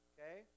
Okay